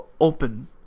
open